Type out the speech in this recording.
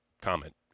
comment